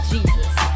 Jesus